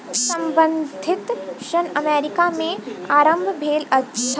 संबंद्ध ऋण अमेरिका में आरम्भ भेल छल